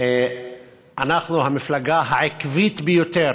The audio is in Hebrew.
אנחנו המפלגה העקבית ביותר